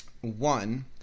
One